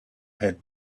had